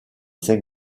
cinq